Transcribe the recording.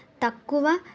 తక్కువ